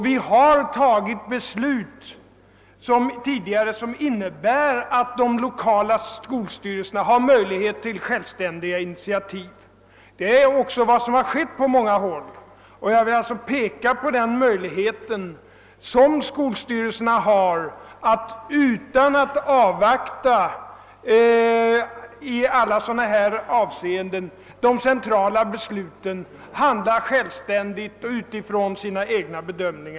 Vi har tidigare fattat beslut som innebär att de lokala skolstyrelserna har möjlighet att ta självständiga initiativ, och det har de också gjort på många håll. Jag vill alltså peka på den möjlighet skolstyrelserna har att handla självständigt utifrån egna bedömningar utan att i alla avseenden avvakta de centrala besluten.